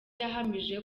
yahamije